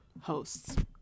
hosts